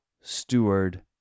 steward